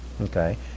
Okay